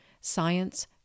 science